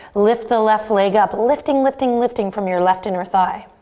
lift the left leg up. lifting, lifting, lifting from your left inner thigh.